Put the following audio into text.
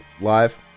live